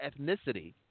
ethnicity